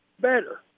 better